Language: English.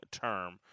term